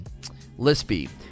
Lispy